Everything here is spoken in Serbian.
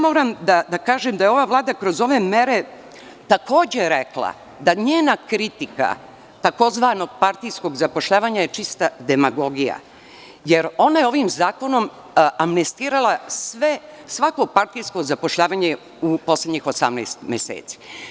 Moram da kažem da je ova Vlada kroz ove mere takođe rekla da njena kritika tzv. partijskog zapošljavanja je čista demagogija, jer ona je ovim zakonom amnestirala svako partijsko zapošljavanje u poslednjih 18 meseci.